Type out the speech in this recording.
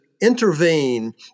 intervene